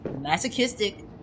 masochistic